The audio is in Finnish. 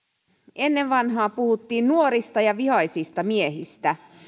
ennen vanhaan puhuttiin nuorista ja vihaisista miehistä